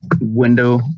window